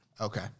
Okay